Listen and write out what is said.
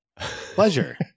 Pleasure